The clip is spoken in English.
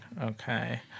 okay